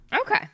okay